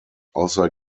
außer